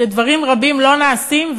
שדברים רבים לא נעשים.